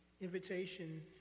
invitation